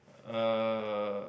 eh